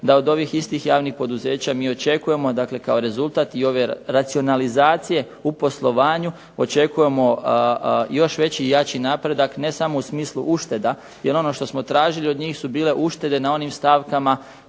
da od ovih istih javnih poduzeća mi očekujemo dakle kao rezultat i ove racionalizacije u poslovanju, očekujemo još veći i jači napredak ne samo u smislu ušteda, jer ono što smo tražili od njih su bile uštede na onim stavkama